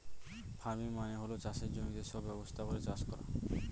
farming মানে হল চাষের জমিতে সব ব্যবস্থা করে চাষ করা